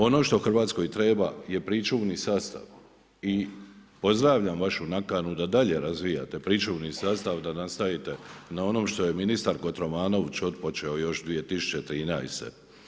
Ono što Hrvatskoj treba je pričuvni sastav i pozdravljam vašu nakanu da dalje razvijate pričuvni sastav, da nastavite na onom što je ministar Kotromanović otpočeo još 2013.